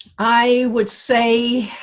i would say,